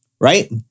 right